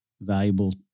valuable